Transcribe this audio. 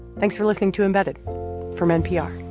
thanks for listening to embedded from npr